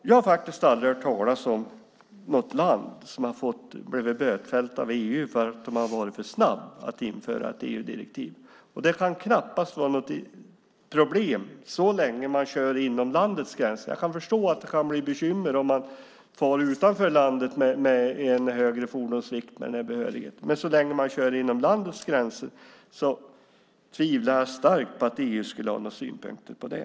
Jag har faktiskt aldrig hört talats om något land som har blivit bötfällt av EU för att de har varit för snabba att införa ett EU-direktiv. Det kan knappast vara något problem så länge man kör inom landets gränser. Jag kan förstå att det kan bli bekymmer om man far utanför landet med en högre fordonsvikt. Men så länge man kör inom landets gränser tvivlar jag starkt på att EU skulle ha några synpunkter på det.